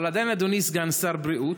אבל עדיין, אדוני סגן שר הבריאות,